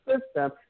system